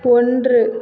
ஒன்று